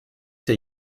der